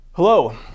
Hello